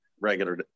regular